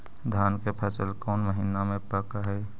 धान के फसल कौन महिना मे पक हैं?